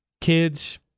kids